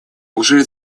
уже